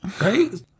Right